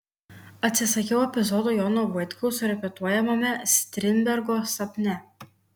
atsisakiau epizodo jono vaitkaus repetuojamame strindbergo sapne